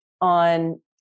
on